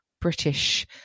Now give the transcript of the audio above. British